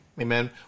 Amen